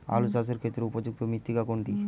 আলু চাষের ক্ষেত্রে উপযুক্ত মৃত্তিকা কোনটি?